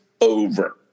over